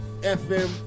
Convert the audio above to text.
FM